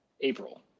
April